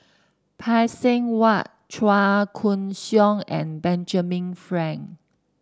Phay Seng Whatt Chua Koon Siong and Benjamin Frank